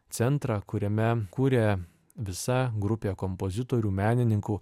centrą kuriame kūrė visa grupė kompozitorių menininkų